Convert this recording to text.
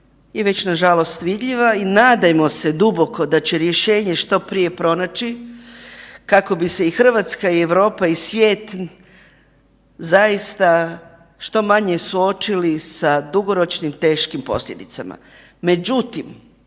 je već nažalost vidljiva i nadajmo se duboko da će rješenje što prije pronaći kako bi se i Hrvatska i Europa i svijet zaista što manje suočili sa dugoročnim teškim posljedicama.